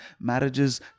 Marriages